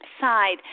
side